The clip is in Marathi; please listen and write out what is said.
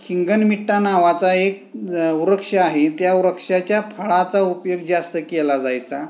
हिंगनमिट्टा नावाचा एक वृक्ष आहे त्या वृक्षाच्या फळाचा उपयोग जास्त केला जायचा